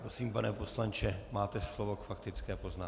Prosím, pane poslanče, máte slovo k faktické poznámce.